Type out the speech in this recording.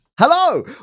Hello